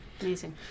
Amazing